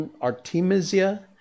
artemisia